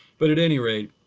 but at any rate,